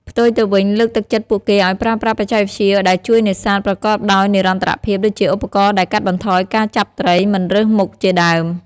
ផ្ទុយទៅវិញ លើកទឹកចិត្តពួកគេឲ្យប្រើប្រាស់បច្ចេកវិទ្យាដែលជួយនេសាទប្រកបដោយនិរន្តរភាព ដូចជាឧបករណ៍ដែលកាត់បន្ថយការចាប់ត្រីមិនរើសមុខជាដើម។